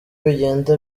bigenda